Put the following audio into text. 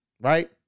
right